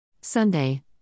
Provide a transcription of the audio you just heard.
Sunday